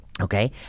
Okay